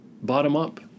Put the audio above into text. bottom-up